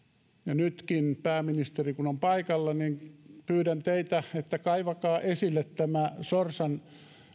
nytkin pääministeri kun on paikalla pyydän teitä että kaivakaa esille tämä sorsan